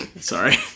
Sorry